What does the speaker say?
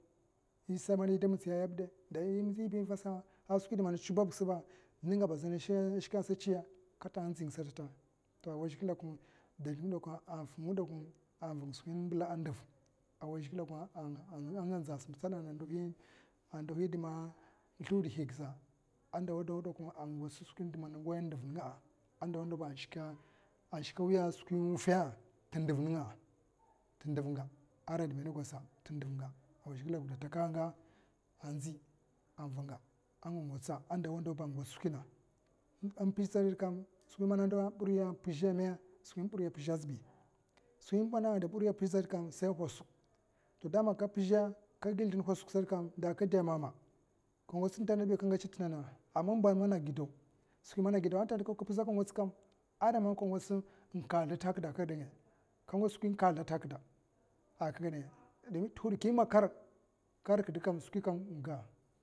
Isa mama ida mitsiya yabida da inzin vasa a skwi mandi atsa babga siba ningaba a zina shika a sa tsiya kata a nziga satkata a wai zhikla dakiw a vang skwi imbila'a, ndiv a wai zhikle dakwa a nga nza a simstad a na ndo man in sludahigasa a ndaw ndaw dakwan a gwats skwi indi mama waya'a a ndiv ninga'a a ndawa ndawa a shikawi a skwi in wuffa'a tindiv ninga'a, tim ndivnga wai zhikle geda taka hanga anzi a vanga a nga gwatsa a ndawa ndawaba gwats skwina in pizhsa gactkam skwi mama pirya pizha zibi skwi mana da pirya pizh sakam sai kwasak to daman ka pizha kagi kwasak satkam ta kade mama ka gwats tinanabi ka gwatsa'a, tinana amma imba mana gidaw skwi mana gidaw a tanta kam ara man ka gwats skwi indi man in kasida tihad a gada ngaya tuhut ki makar karikida skwi kam inga'a